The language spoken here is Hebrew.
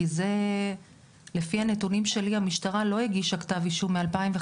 כי לפי הנתונים שלי המשטרה לא הגישה כתב אישום מ-2015,